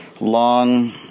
long